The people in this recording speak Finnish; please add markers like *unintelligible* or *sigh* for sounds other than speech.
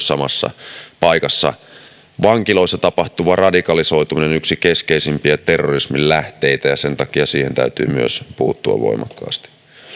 *unintelligible* samassa paikassa vankiloissa tapahtuva radikalisoituminen on yksi keskeisimpiä terrorismin lähteitä ja sen takia siihen täytyy myös puuttua voimakkaasti